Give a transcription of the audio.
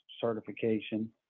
certification